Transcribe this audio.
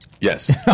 Yes